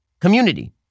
Community